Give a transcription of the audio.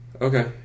Okay